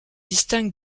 distingue